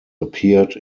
appeared